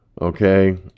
Okay